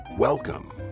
Welcome